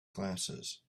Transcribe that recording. glasses